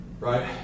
Right